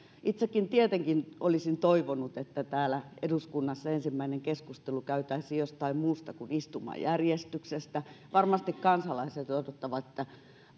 itsekin tietenkin olisin toivonut että täällä eduskunnassa ensimmäinen keskustelu käytäisiin jostain muusta kuin istumajärjestyksestä varmasti kansalaiset odottavat että